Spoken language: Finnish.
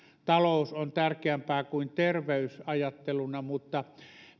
talous on tärkeämpää kuin terveys ajatteluksi mutta